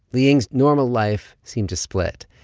liying's normal life seemed to split.